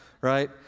right